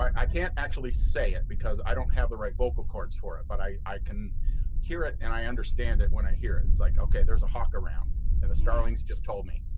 i can't actually say it because i don't have the right vocal chords for it, but i i can hear it and i understand it when i hear it. it's like, okay there's a hawk around and the starlings just told me.